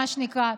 מה שנקרא,